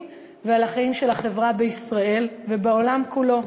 ולחיים של החברה בישראל ובעולם כולו.